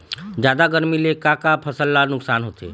जादा गरमी ले का का फसल ला नुकसान होथे?